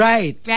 Right